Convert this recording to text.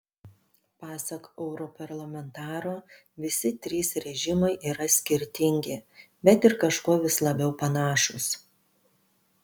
pasak europarlamentaro visi trys režimai yra skirtingi bet ir kažkuo vis labiau panašūs